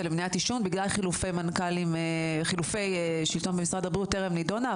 למניעת עישון בגלל חילופי שלטון במשרד הבריאות טרם נידונה,